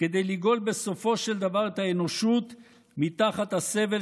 כדי לגאול בסופו של דבר את האנושות מתחת הסבל